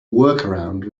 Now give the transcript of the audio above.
workaround